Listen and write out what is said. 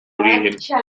origen